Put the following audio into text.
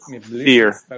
fear